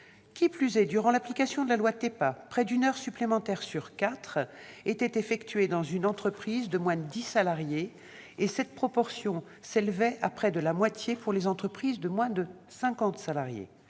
Qui plus est, durant l'application de la loi TEPA, près d'une heure supplémentaire sur quatre était effectuée dans une entreprise de moins de 10 salariés et cette proportion s'élevait à près de la moitié pour les entreprises de moins de 50 salariés.